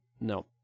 No